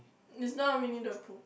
it's not Winnie-the-Pooh